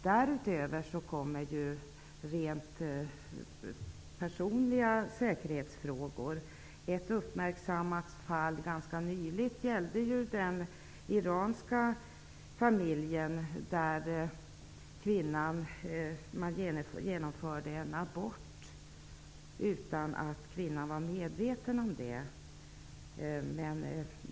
Därutöver kommer rent personliga säkerhetsfrågor. Ett uppmärksammat fall ganska nyligen gällde den iranska familj där man genomförde en abort utan att kvinnan var medveten om det.